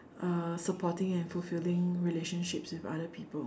uh supporting and fulfilling relationships with other people